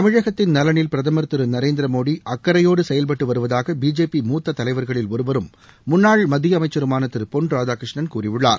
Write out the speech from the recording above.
தமிழகத்தின் நலனில் பிரதமர் திரு நரேந்திர மோடி அக்கறையோடு செயல்பட்டு வருவதாக பிஜேபி மூத்தத் தலைவர்களில் ஒருவரும் முன்னாள் மத்திய அமைச்சருமான திரு பொன் ராதாகிருஷ்ணன் கூறியுள்ளார்